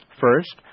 First